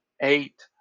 eight